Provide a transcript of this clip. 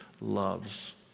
loves